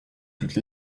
toutes